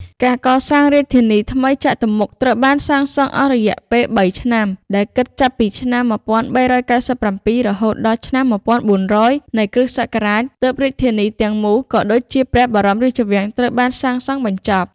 ការកសាងរាជធានីថ្មីចតុមុខ ត្រូវបានសាងសង់អស់រយៈពេល ៣ឆ្នាំ ដែលគិតចាប់ពី ឆ្នាំ ១៣៩៧ រហូតដល់ ឆ្នាំ ១៤០០ នៃគ.សករាជ ទើបរាជធានីទាំងមូល ក៏ដូចជាព្រះបរមរាជវាំងត្រូវបានសាងសង់បញ្ចប់។